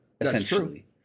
essentially